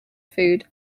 food